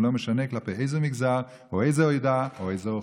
ולא משנה כלפי איזה מגזר או איזו עדה או איזו אוכלוסייה.